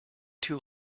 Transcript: too